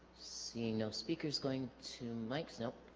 seeing no speakers going to mics nope